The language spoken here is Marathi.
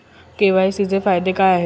के.वाय.सी चे फायदे काय आहेत?